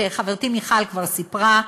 שחברתי מיכל כבר סיפרה,